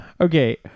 okay